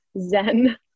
zen